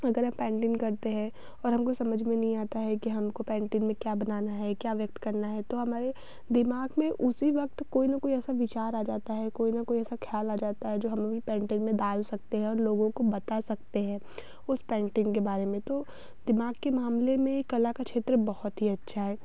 अगर आप पैंटिन करते हैं और हमको समझ में नहीं आता है कि हमको पैंटिन में क्या बनाना है क्या व्यक्त करना है तो हमारे दिमाग में उसी वक्त कोई न कोई ऐसा विचार आ जात है कोई न कोई ऐसा ख़्याल आ जाता है जो हम पैंटिन में डाल सकते हैं और लोगों को बता सकते हैं उस पैंटिन के बारे में तो दिमाग के मामले में कला को क्षेत्र बहुत ही अच्छा है